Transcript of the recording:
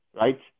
right